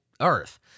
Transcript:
Earth